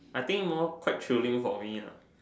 I think more quite thrilling for me ah